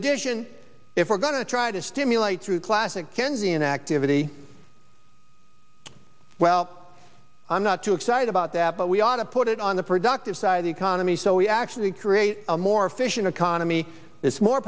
addition if we're going to try to stimulate through classic kensi an activity well i'm not too excited about that but we ought to put it on the productive side of the economy so we actually create a more efficient economy is more